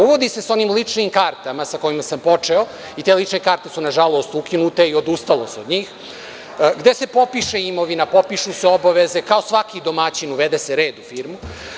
Uvodi se sa onim ličnim kartama sa kojima sam počeo i te lične karte su nažalost ukinute i odustalo se od njih, gde se popiše imovina, popišu se obaveze, kao svaki domaćin uvede se red u firmu.